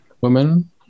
women